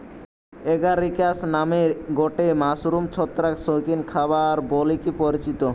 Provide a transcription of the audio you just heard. Agaricus নামের গটে mushroom ছত্রাক শৌখিন খাবার বলিকি পরিচিত